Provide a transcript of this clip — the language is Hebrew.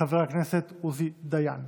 חבר הכנסת עוזי דיין.